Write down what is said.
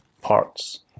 parts